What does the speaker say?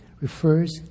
refers